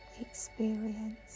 experience